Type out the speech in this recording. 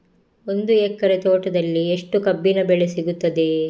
ಒಂದು ಎಕರೆ ತೋಟದಲ್ಲಿ ಎಷ್ಟು ಕಬ್ಬಿನ ಬೆಳೆ ಸಿಗುತ್ತದೆ?